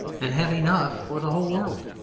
and have enough for the whole world.